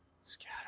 Scatter